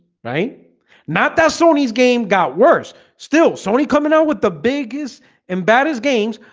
right not that sony's game got worse still sony coming out with the biggest and baddest games,